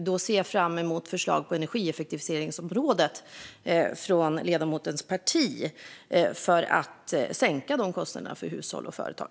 Då ser jag fram emot förslag på energieffektiviseringsområdet från ledamotens parti för att sänka kostnaderna för hushåll och företag.